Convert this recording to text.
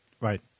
Right